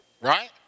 right